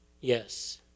Yes